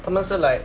他们是 like